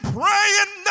praying